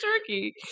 turkey